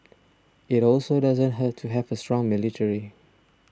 it also doesn't hurt to have a strong military